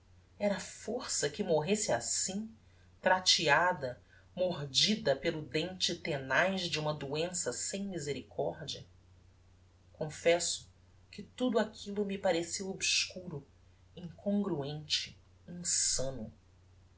era força que morresse assim trateada mordida pelo dente tenaz de uma doença sem misericordia confesso que tudo aquillo me pareceu obscuro incongruente insano